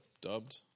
Dubbed